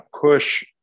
push